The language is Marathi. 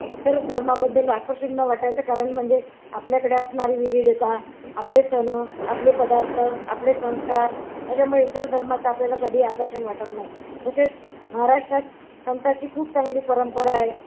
इतर धर्माबद्दल आकर्षण न वाटायचं कारण म्हणजे आपल्याकडे असणारी विविधता आपले सण आपले पदार्थ आपले संस्कार याच्यामुळे इतर धर्माचं आपल्याला कधी आकर्षण वाटत नाही तसेच महाराष्ट्रात संताची खूप चांगली परंपरा आहे